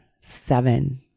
seven